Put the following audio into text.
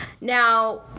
Now